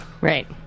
Right